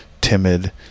timid